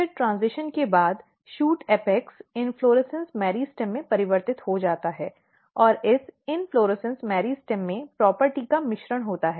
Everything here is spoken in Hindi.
फिर ट्रेन्ज़िशन के बाद शूट एपेक्स इन्फ्लोरेसन्स मेरिस्टेम में परिवर्तित हो जाता है और इस इन्फ्लोरेसन्स मेरिस्टेम में प्रॉपर्टी का मिश्रण होता है